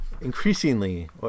increasingly